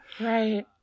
Right